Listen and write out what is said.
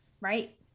right